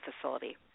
facility